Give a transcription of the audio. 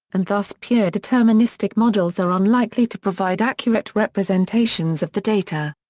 and thus pure deterministic models are unlikely to provide accurate representations of the data.